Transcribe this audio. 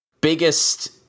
biggest